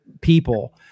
people